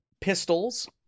pistols